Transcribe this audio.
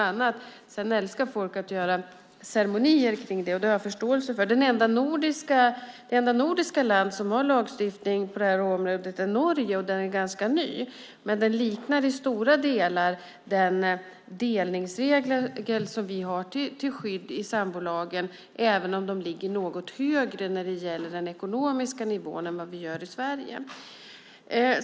Att folk sedan älskar att göra ceremonier kring det har jag förståelse för. Det enda nordiska land som har lagstiftning på detta område är Norge, och den är ganska ny. Den liknar dock i stora delar den delningsregel vi har till skydd i sambolagen, även man i Norge ligger något högre när det gäller den ekonomiska nivån än vad vi gör i Sverige.